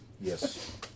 Yes